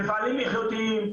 מפעלים איכותיים,